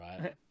right